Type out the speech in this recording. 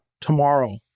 tomorrow